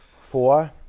four